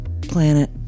planet